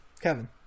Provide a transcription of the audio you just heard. kevin